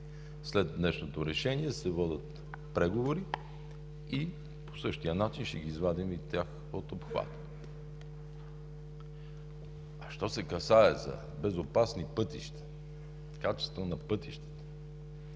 след днешното решение се водят преговори и по същия начин ще извадим и тях от обхвата. Що се касае за безопасни пътища, качество на пътищата,